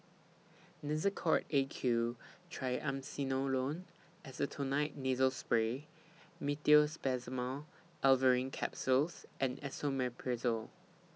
Nasacort A Q Triamcinolone Acetonide Nasal Spray Meteospasmyl Alverine Capsules and Esomeprazole